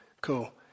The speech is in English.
cool